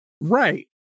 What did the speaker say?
Right